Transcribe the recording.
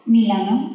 Milano